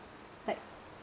like